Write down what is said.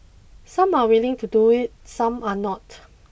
some are willing to do it some are not